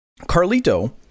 Carlito